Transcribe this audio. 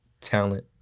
talent